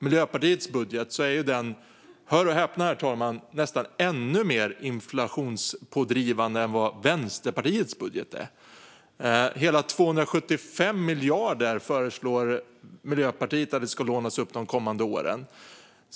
Miljöpartiets budget är nämligen - hör och häpna, herr talman - nästan ännu mer inflationspådrivande än Vänsterpartiets. Hela 275 miljarder föreslår Miljöpartiet ska lånas upp de kommande åren.